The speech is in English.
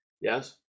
Yes